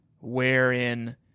wherein